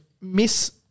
Miss